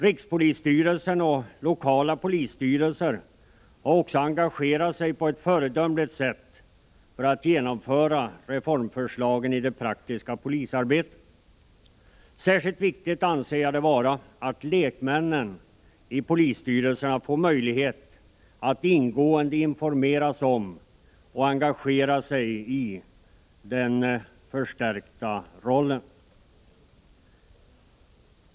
Rikspolisstyrelsen och lokala polisstyrelser har också engagerat sig på ett föredömligt sätt för att i det praktiska polisarbetet genomföra reformförslagen. Särskilt viktigt anser jag det vara att lekmännen i polisstyrelserna får möjlighet att ingående informeras om och engagera sig i sina förstärkta roller.